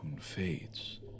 fades